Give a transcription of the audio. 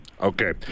Okay